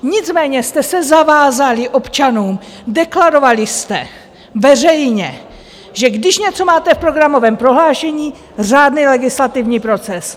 Nicméně jste se zavázali občanům, deklarovali jste veřejně, že když něco máte v programovém prohlášení, řádný legislativní proces.